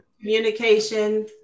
communication